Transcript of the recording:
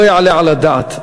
לא יעלה על הדעת,